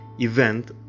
event